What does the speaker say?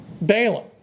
Balaam